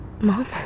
Mom